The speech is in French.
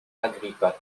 agrippa